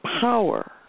power